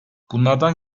bunlardan